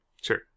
Sure